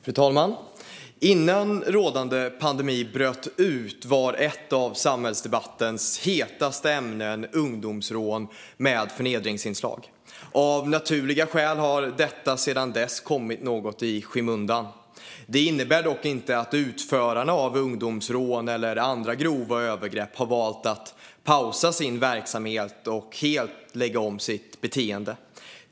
Fru talman! Innan rådande pandemi bröt ut var ett av samhällsdebattens hetaste ämnen ungdomsrån med förnedringsinslag. Av naturliga skäl har detta ämne sedan dess kommit något i skymundan. Det innebär dock inte att utförarna av ungdomsrån eller av andra grova övergrepp har valt att pausa sin verksamhet och helt lägga om sitt beteende.